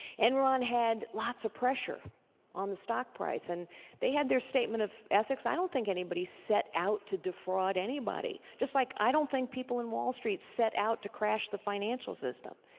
enron had lots of pressure on the stock price and they had their statement of ethics. i don't think anybody set out to defraud anybody, just like i don't think people in wall street set out to crash the financial system.